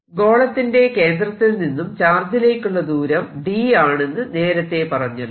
ഗോളത്തിന്റെ കേന്ദ്രത്തിൽ നിന്നും ചാർജിലേക്കുള്ള ദൂരം d ആണെന്ന് നേരത്തെ പറഞ്ഞല്ലോ